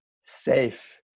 safe